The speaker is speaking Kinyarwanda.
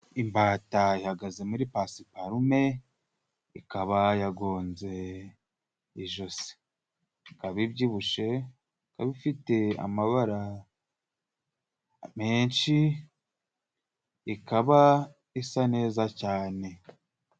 Imbata ihagaze muri pasiparume, ikaba yagonze ijosi, ikaba ibyibushye, ikaba ifite amabara menshi, ikaba isa neza cyane.